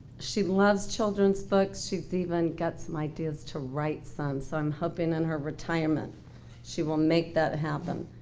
she loves children's books. she's even got some ideas to write some so i'm hoping in her retirement she will make that happen.